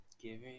giving